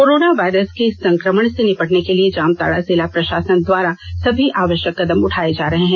corona virus के संक्रमण से निपटने के लिए जामताड़ा जिला प्रशासन द्वारा सभी आवश्यक कदम उठाए जा रहे हैं